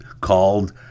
called